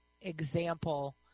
example